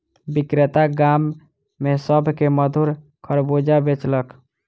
विक्रेता गाम में सभ के मधुर खरबूजा बेचलक